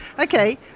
Okay